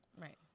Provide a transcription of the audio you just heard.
Right